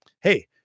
hey